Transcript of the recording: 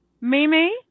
Mimi